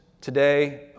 today